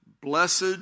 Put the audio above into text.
blessed